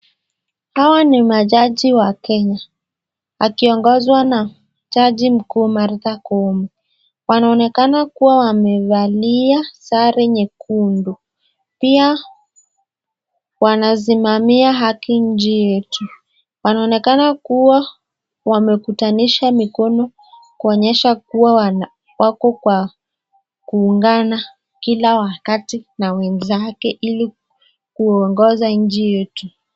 Hawa ni majaji wa Kenya akiongozwa na jaji mkuu Martha koome, wanaonekana kuwa wamevalia sare nyekundu, pia wanasimamia haki nchi yetu, wanaonekana kuwa wamekutanisha mikono kuonyesha kuwa wako Kwa kuungana kila wakati na wenzake hili kuongoza nchi yetu